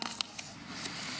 מאה אחוז.